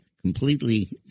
completely